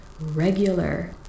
regular